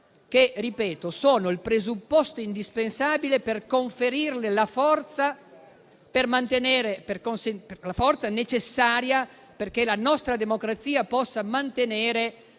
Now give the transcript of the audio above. che sono il presupposto indispensabile per conferirle la forza necessaria perché essa possa mantenere